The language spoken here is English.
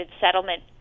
settlement